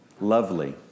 Lovely